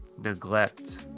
neglect